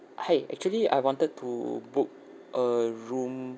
hi actually I wanted to book a room